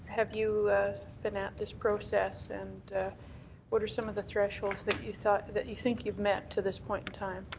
have you been at this process and what are some of the thresholds that you thought that you think you've met to this point in time?